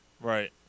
Right